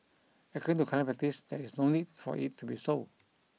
according to current practice there is no need for it to be so